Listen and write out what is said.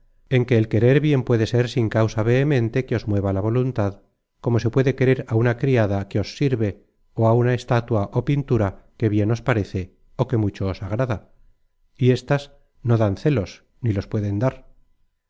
en que el querer bien puede content from google book search generated at ser sin causa vehemente que os mueva la voluntad como se puede querer a una criada que os sirve ó á una estatua ó pintura que bien os parece ó que mucho os agrada y éstas no dan celos ni los pueden dar